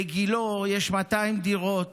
בגילה יש 200 דירות